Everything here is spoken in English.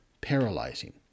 paralyzing